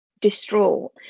distraught